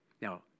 Now